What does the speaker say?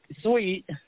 sweet